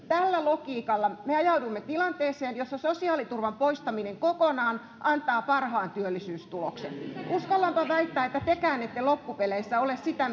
tällä logiikalla me ajauduimme tilanteeseen jossa sosiaaliturvan poistaminen kokonaan antaa parhaan työllisyystuloksen uskallanpa väittää että tekään ette loppupeleissä ole sitä